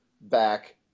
back